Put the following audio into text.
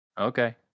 Okay